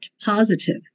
positive